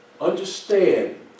Understand